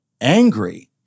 angry